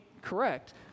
correct